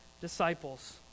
Disciples